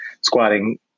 squatting